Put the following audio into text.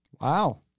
Wow